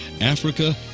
Africa